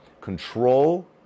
Control